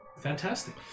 Fantastic